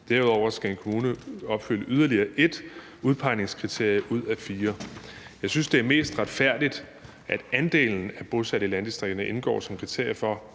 Derudover skal en kommune opfylde yderligere ét udpegningskriterie ud af fire. Jeg synes, det er mest retfærdigt, at andelen af bosatte i landdistrikterne indgår som et kriterie for,